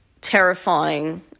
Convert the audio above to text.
terrifying